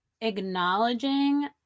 acknowledging